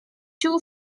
two